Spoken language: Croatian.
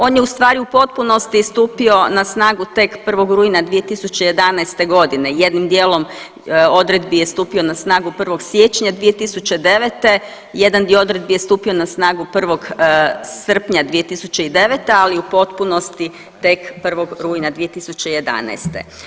On je ustvari u potpunosti stupio na snagu tek 1. rujna 2011. g., jednim dijelom odredbi je stupio na snagu 1. siječnja 2009., jedan dio odredbi je stupio na snagu 1. srpnja 2009., ali u potpunosti tek 1. rujna 2011.